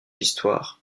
histoire